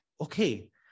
Okay